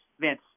Vince